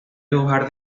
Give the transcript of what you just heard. dibujar